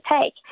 take